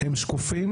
הם שקופים